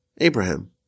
Abraham